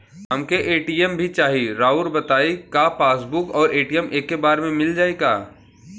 हमके ए.टी.एम भी चाही राउर बताई का पासबुक और ए.टी.एम एके बार में मील जाई का?